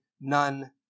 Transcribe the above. none